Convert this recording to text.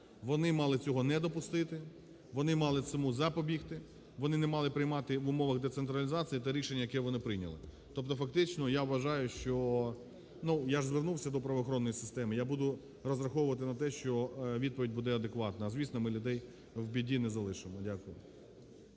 Вони мали цього не допустити, вони мали цьому запобігти, вони не мали приймати в умовах децентралізації те рішення, яке вони прийняли. Тобто, фактично, я вважаю, я звернувся до правоохоронної системи, я буду розраховувати на те, що відповідь буде адекватна. А, звісно, ми людей в біді не залишимо. Дякую.